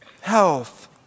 health